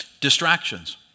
distractions